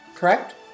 Correct